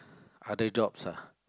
other jobs ah